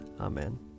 Amen